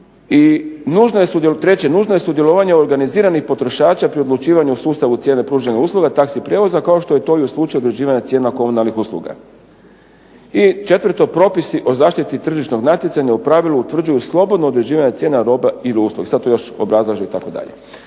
I treće. Nužno je sudjelovanje organiziranih potrošača pri odlučivanju u sustavu cijene pružanja usluga taxi prijevoza kao što je to i u slučaju određivanja cijena komunalnih usluga. I četvrto. Propisi o zaštiti tržišnog natjecanja u pravilu utvrđuju slobodno određivanje cijena robe ili usluge